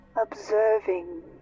Observing